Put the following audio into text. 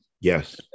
Yes